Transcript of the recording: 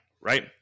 right